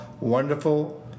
wonderful